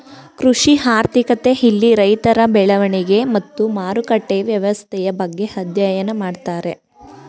ಕೃಷಿ ಆರ್ಥಿಕತೆ ಇಲ್ಲಿ ರೈತರ ಬೆಳೆ ಮತ್ತು ಮಾರುಕಟ್ಟೆಯ ವ್ಯವಸ್ಥೆಯ ಬಗ್ಗೆ ಅಧ್ಯಯನ ಮಾಡ್ತಾರೆ